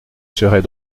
serais